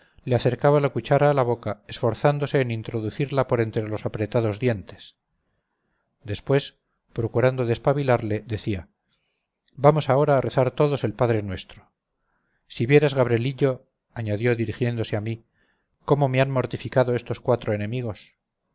le acercaba la cuchara a la boca esforzándose en introducirla por entre los apretados dientes después procurando despabilarle decía vamos ahora a rezar todos el padre nuestro si vieras gabrielillo añadió dirigiéndose a mí cómo me han mortificado estos cuatro enemigos